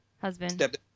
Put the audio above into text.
Husband